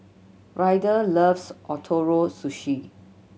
Ryder loves Ootoro Sushi